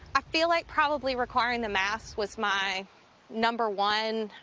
i feel like probably requiring the mask was my number one